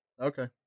Okay